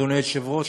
אדוני היושב-ראש,